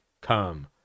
come